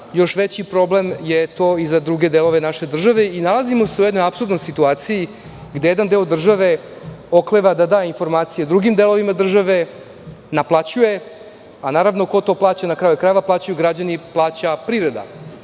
još veći problem je to i za druge delove naše države i nalazimo se u jednoj apsurdnoj situaciji, gde jedan deo države okleva da dâ informacije drugim delovima države, naplaćuje, naravno ko to plaća na kraju krajeva, plaćaju građani, plaća